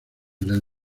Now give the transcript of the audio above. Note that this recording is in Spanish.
del